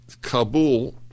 Kabul